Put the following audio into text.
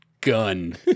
gun